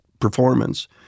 performance—